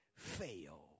fail